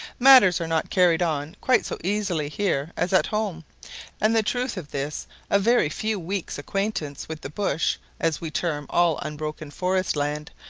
matters are not carried on quite so easily here as at home and the truth of this a very few weeks' acquaintance with the bush, as we term all unbroken forest land,